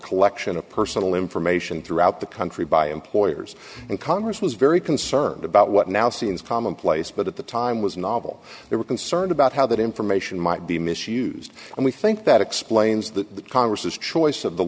collection of personal information throughout the country by employers and congress was very concerned about what now seems commonplace but at the time was novel they were concerned about how that information might be misused and we think that explains the congress's choice of the